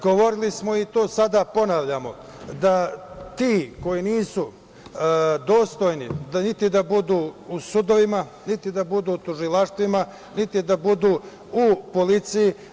Govorili smo, i to sada ponavljamo da su ti nisu dostojni niti da budu u sudovima, niti da budu u tužilaštvima, niti da budu u policiji.